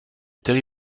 terry